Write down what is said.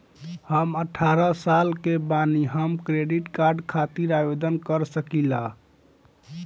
हम अठारह साल के बानी हम क्रेडिट कार्ड खातिर आवेदन कर सकीला?